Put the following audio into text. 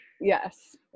Yes